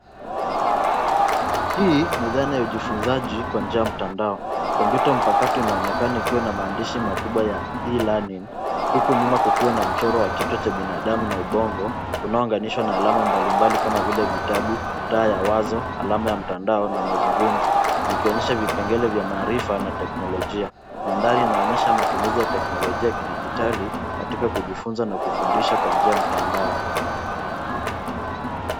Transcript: Hii, ni dhana ya ujifunzaji kwa njia mtandao. Kompyuta mpakato inaonekana ikiwa na maandishi makubwa ya E-learning , huku nyuma kukiwa na mchoro wa kichwa cha binadamu na ubongo, unaounganishwa na alama mbalimbali kama vile vitabu, taa ya wazo, alama ya mtandao, na mazungumzo, zikionyesha vipengele vya maarifa, na teknolojia. Mandhari inaonyesha matumizi ya teknolojia ya kidijitali, katika kujifunza na kufundisha kwa njia ya mtandao.